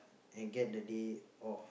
and get the day off